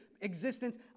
existence